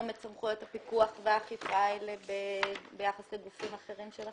את סמכויות הפיקוח והאכיפה האלה ביחס לגופים אחרים שלכם?